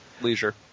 leisure